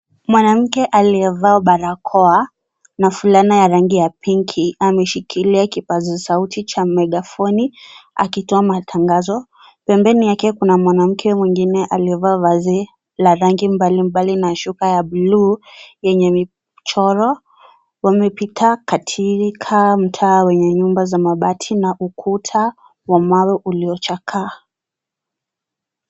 Mwanamke aliyevaa barakoa na fulana ya rangi ya pinki ameshikilia kipaza sauti, cha "Mega Fon", akitoa matangazo. Pembeni yake kuna mwanamke mwingine aliyevaa vazi la rangi mbalimbali na shuka ya bluu, yenye michoro. Wamepita katika mtaa wenye nyumba za mabati na ukuta wa mawe uliochakaa.